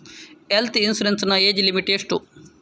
Health insurance ಗೆ age limit ಎಷ್ಟು?